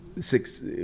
six